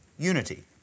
Unity